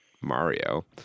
Mario